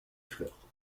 fleur